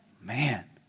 Man